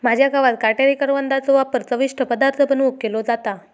माझ्या गावात काटेरी करवंदाचो वापर चविष्ट पदार्थ बनवुक केलो जाता